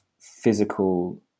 physical